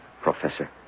Professor